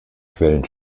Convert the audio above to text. quellen